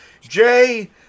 Jay